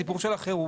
הסיפור של החירום.